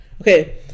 Okay